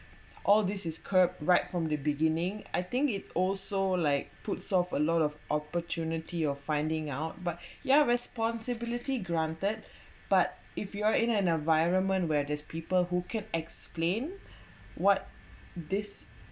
all this is curb right from the beginning I think it also like put solve a lot of opportunity of finding out but yeah responsibility granted but if you're in an environment where there's people who can explain what this